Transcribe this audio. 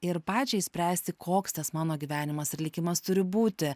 ir pačiai spręsti koks tas mano gyvenimas ir likimas turi būti